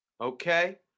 okay